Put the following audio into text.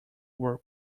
were